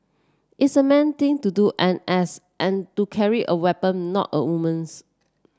it's a man thing to do N S and to carry a weapon not a woman's